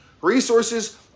Resources